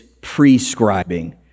prescribing